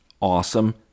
awesome